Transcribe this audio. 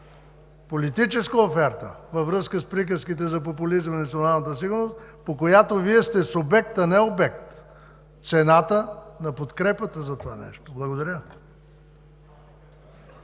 политическа оферта във връзка с приказките за популизма и националната сигурност, по която Вие сте субект, а не обект – цената на подкрепата за това нещо. Благодаря.